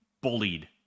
bullied